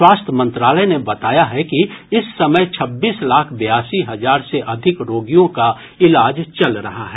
स्वास्थ्य मंत्रालय ने बताया है कि इस समय छब्बीस लाख बयासी हजार से अधिक रोगियों का इलाज चल रहा है